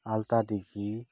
ᱟᱞᱛᱟ ᱫᱤᱜᱷᱤ